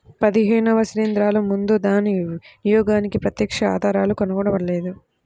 పదిహేనవ శిలీంద్రాలు ముందు దాని వినియోగానికి ప్రత్యక్ష ఆధారాలు కనుగొనబడలేదు